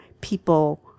people